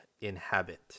inhabit